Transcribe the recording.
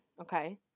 okay